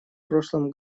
прошлом